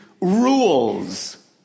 rules